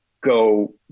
go